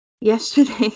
Yesterday